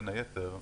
בין היתר,